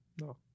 No